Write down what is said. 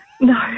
No